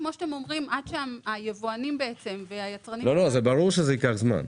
ברור שזה ייקח זמן.